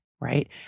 right